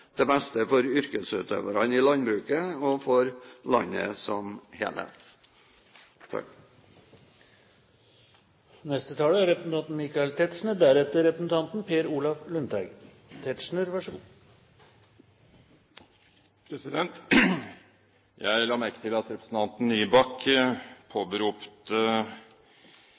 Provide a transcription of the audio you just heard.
for yrkesutøverne i landbruket og for landet som helhet. Jeg la merke til at representanten